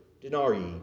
denarii